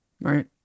right